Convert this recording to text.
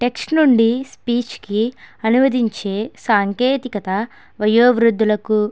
text నుండి speech కి అనువదించే సాంకేతికత వయోవృద్ధులకు